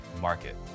market